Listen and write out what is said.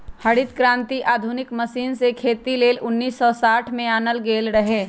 हरित क्रांति आधुनिक मशीन से खेती लेल उन्नीस सौ साठ में आनल गेल रहै